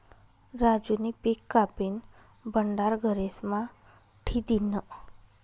राजूनी पिक कापीन भंडार घरेस्मा ठी दिन्हं